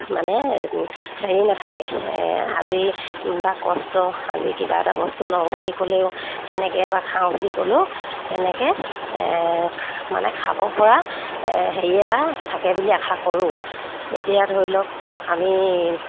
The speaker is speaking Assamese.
মানে হেৰি নাথাকে আজি বা কষ্ট আজি কিবা এটা বস্তু লওঁ বুলি ক'লেও তেনেকৈ বা খাওঁ বুলি ক'লেও তেনেকৈ মানে খাবপৰা হেৰি এটা থাকে বুলি আশা কৰোঁ এতিয়া ধৰি লওক আমি